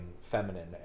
feminine